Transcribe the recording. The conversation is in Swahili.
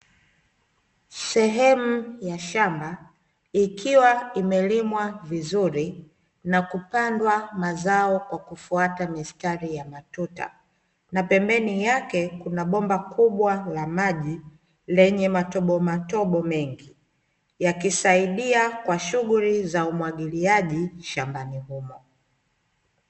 Sehemu ya shamba, ikiwa imelimwa vizuri na kupandwa mazao kwa kufuata mistari ya matuta. Na pembeni yake kuna bomba kubwa la maji, lenye matobomatobo mengi yakisaidia kwa shughuli za umwagiliaji shambani humo.